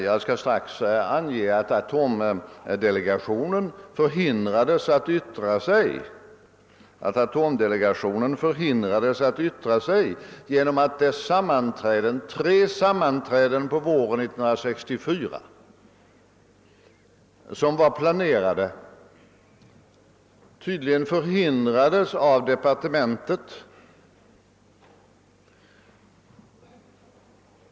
Jag skall omedelbart i detta sammanhang också påpeka att atomenergidelegationen förhindrades att yttra sig genom att tre planerade sammanträden på våren 1964 tydligen inhiberades av departementet.